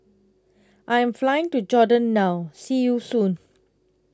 I Am Flying to Jordan now See YOU Soon